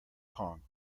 kong